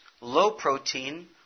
low-protein